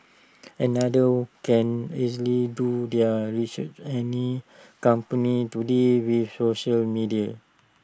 another can easily do their research any company today with social media